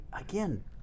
again